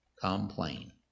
Complain